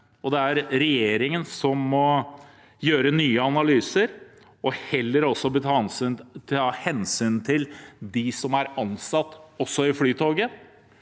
Det er regjeringen som må gjøre nye analyser, ta hensyn til dem som er ansatt i Flytoget,